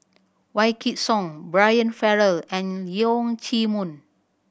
Wykidd Song Brian Farrell and Leong Chee Mun